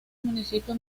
municipio